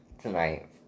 tonight